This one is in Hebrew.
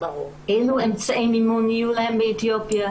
אלו אמצעי מימון יהיו להן באתיופיה?